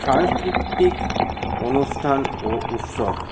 সাংস্কৃতিক অনুষ্ঠান ও উৎসব